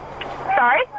Sorry